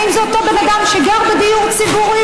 האם זה אותו בן אדם שגר בדיור ציבורי?